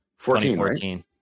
2014